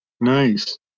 nice